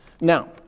Now